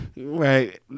right